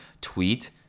tweet